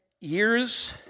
years